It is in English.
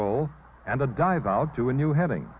roll and a dive out to a new heading